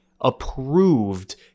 approved